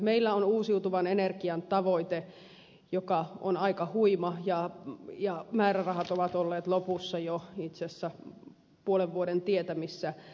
meillä on uusiutuvan energian tavoite joka on aika huima ja määrärahat ovat olleet lopussa itse asiassa jo puolen vuoden tietämissä